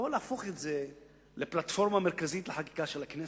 לא להפוך את זה לפלטפורמה מרכזית לחקיקה של הכנסת.